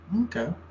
okay